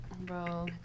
Bro